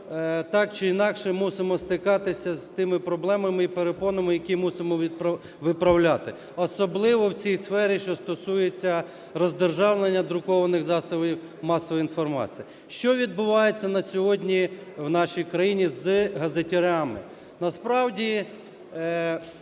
так чи інакше мусимо стикатися з тими проблемами і перепонами, які мусимо виправляти, особливо в цій сфері, що стосується роздержавлення друкованих засобів масової інформації. Що відбувається на сьогодні в нашій країні з газетарями?